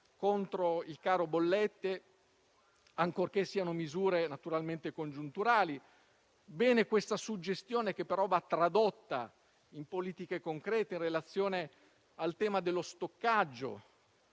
contro il caro bollette, ancorché si tratti di misure congiunturali. È positiva questa suggestione, che però va tradotta in politiche concrete, in relazione al tema dello stoccaggio